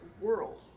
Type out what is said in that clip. world